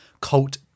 Cult